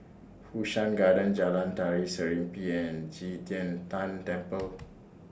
Fu Shan Garden Jalan Tari Serimpi and Qi Tian Tan Temple